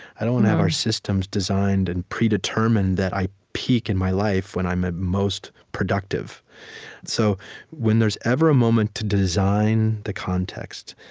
i don't want to have our systems designed and predetermined that i peak in my life when i'm ah most productive so when there's ever a moment to design the context,